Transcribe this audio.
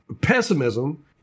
pessimism